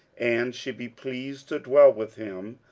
and she be pleased to dwell with him,